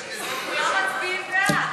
ועדת הכנסת נתקבלה.